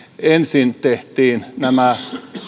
ensin tehtiin nämä